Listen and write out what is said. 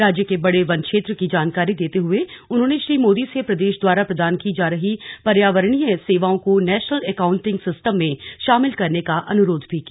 राज्य के बड़े वन क्षेत्र की जानकारी देते हुए उन्होंने श्री मोदी से प्रदेश द्वारा प्रदान की जा रही पर्यावरणीय सेवाओं को नेशनल एकांउटिंग सिस्टम में शामिल करने का अनुरोध भी किया